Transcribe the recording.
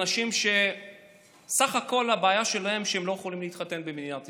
אנשים שסך הכול הבעיה שלהם היא שהם לא יכולים להתחתן במדינת ישראל.